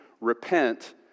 repent